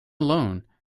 alone